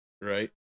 right